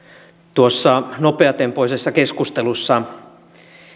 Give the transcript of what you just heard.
tuossa nopeatempoisessa keskustelussa